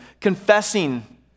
Confessing